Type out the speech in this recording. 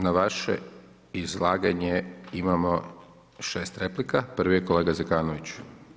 Na vaše izlaganje imamo 6 replika, prvi je kolega Zekanović.